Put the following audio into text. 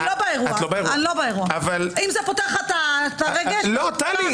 אם זה פותר לך, אני לא באירוע.